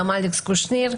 גם אצל אלכס קושניר.